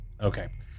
Okay